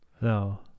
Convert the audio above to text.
No